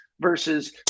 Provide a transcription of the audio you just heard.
versus